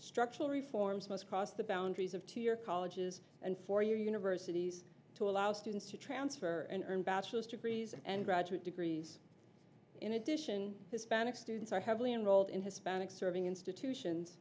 structural reforms most cross the boundaries of two year colleges and four universities to allow students to transfer and earn bachelor's degrees and graduate degrees in addition hispanic students are heavily enrolled in hispanic serving institutions